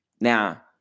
Now